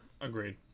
agreed